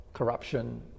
corruption